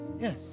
Yes